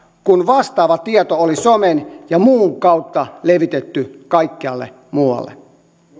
kun vastaava tieto oli somen ja muun kautta levitetty kaikkialle muualle